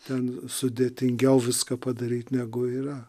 ten sudėtingiau viską padaryt negu yra